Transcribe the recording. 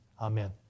Amen